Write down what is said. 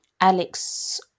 Alex